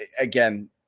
Again